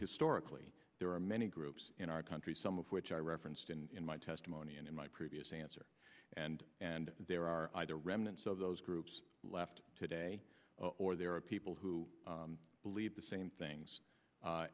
historically there are many groups in our country some of which i referenced in my testimony and in my previous answer and and there are either remnants of those groups left today or there are people who believe the same things